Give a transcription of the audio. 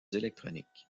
électroniques